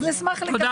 אז נשמח לקבל.